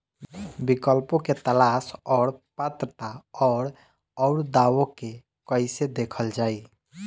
विकल्पों के तलाश और पात्रता और अउरदावों के कइसे देखल जाइ?